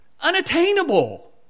Unattainable